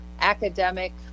academic